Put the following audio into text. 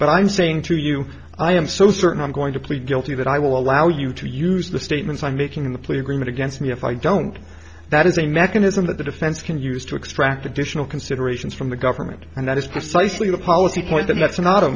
but i'm saying to you i am so certain i'm going to plead guilty that i will allow you to use the statements i'm making in the plea agreement against me if i don't that is a mechanism that the defense can use to extract additional considerations from the government and that is precisely the policy point that that's